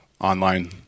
online